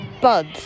buds